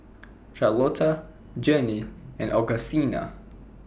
Charlotta Journey and Augustina